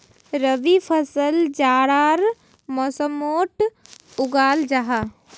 रबी फसल जाड़ार मौसमोट उगाल जाहा